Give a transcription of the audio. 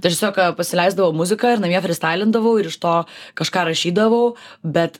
tai aš tiesiog pasileisdavau muziką ir namie frystailindavau ir iš to kažką rašydavau bet